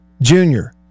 junior